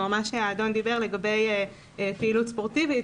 כלומר מה שהאדון דיבר לגבי פעילות ספורטיבית,